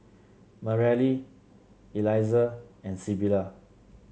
Mareli Eliza and Sybilla